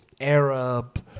Arab